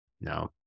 no